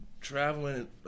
traveling –